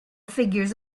figures